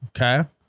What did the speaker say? Okay